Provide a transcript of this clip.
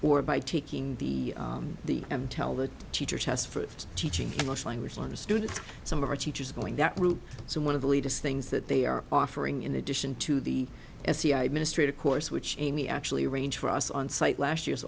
or by taking the the m tell the teacher test for teaching english language learners students some of our teachers are going that route so one of the latest things that they are offering in addition to the sci administrative course which amy actually arranged for us on site last year's